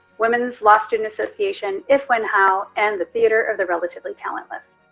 women's law student association, if, when, how, and the theatre of the relatively talentless.